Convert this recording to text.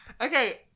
Okay